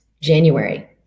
January